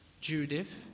Judith